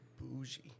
Bougie